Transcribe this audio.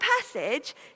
passage